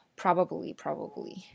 ，probably，probably